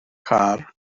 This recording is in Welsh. car